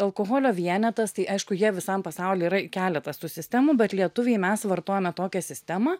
alkoholio vienetas tai aišku jie visam pasauly yra keletas tų sistemų bet lietuviai mes vartojame tokią sistemą